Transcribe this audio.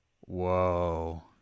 Whoa